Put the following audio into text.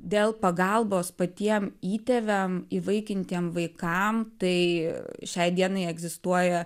dėl pagalbos patiem įtėviam įvaikintiem vaikam tai šiai dienai egzistuoja